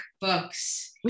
books